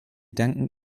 danken